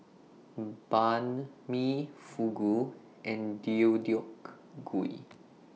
Banh MI Fugu and Deodeok Gui